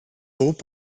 bob